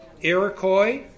Iroquois